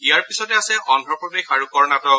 ইয়াৰ পিছতে আছে অদ্ৰপ্ৰদেশ আৰু কৰ্ণাটক